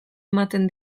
ematen